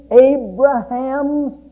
Abraham's